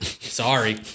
sorry